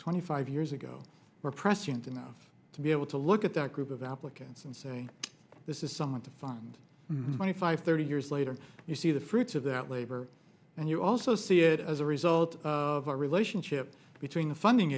twenty five years ago were prescient enough to be able to look at that group of applicants and say this is someone to find twenty five thirty years later you see the fruits of that labor and you also see it as a result of a relationship between the funding